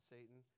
Satan